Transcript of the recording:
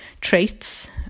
traits